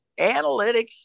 Analytics